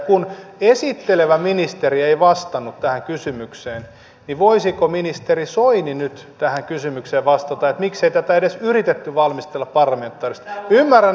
kun esittelevä ministeri ei vastannut tähän kysymykseen niin voisiko ministeri soini nyt tähän kysymykseen vastata miksei tätä edes yritetty valmistella parlamentaarisesti